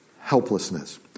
helplessness